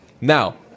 Now